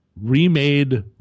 remade